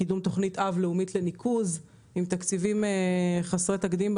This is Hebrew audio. קידום תוכנית אב לאומית לניקוז שהושקעו בה תקציבים חסרי תקדים,